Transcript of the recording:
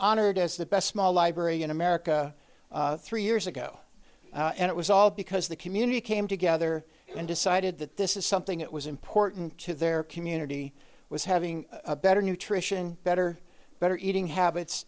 honored as the best small library in america three years ago and it was all because the community came together and decided that this is something that was important to their community was having better nutrition better better eating habits